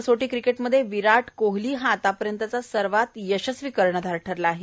कसोटी क्रिकेटमध्ये विराट कोहली हा आतापर्यंतचा सर्वात यशस्वी कर्णधार ठरला आहे